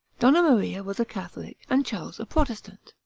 donna maria was a catholic, and charles a protestant.